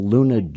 Luna